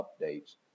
updates